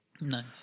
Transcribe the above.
Nice